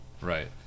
Right